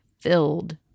filled